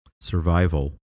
survival